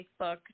Facebook